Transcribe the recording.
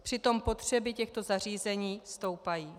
Přitom potřeby těchto zařízení stoupají.